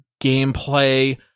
gameplay